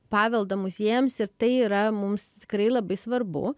paveldą muziejams ir tai yra mums tikrai labai svarbu